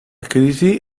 crisi